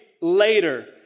later